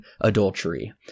adultery